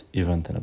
event